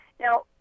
Now